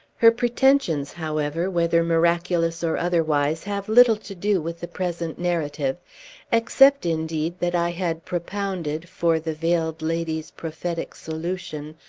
her pretensions, however, whether miraculous or otherwise, have little to do with the present narrative except, indeed, that i had propounded, for the veiled lady's prophetic solution,